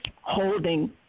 holding